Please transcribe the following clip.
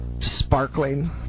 sparkling